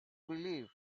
believe